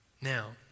now